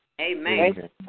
Amen